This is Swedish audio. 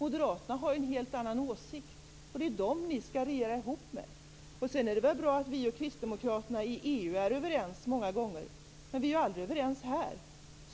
Moderaterna har en helt annan åsikt. Det är dem ni skall regera ihop med. Det är väl bra att vi och kristdemokraterna i EU är överens många gånger. Men vi är aldrig överens här.